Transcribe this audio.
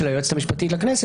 של היועצת המשפטית של הכנסת,